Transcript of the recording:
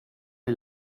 est